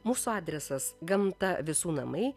mūsų adresas gamta visų namai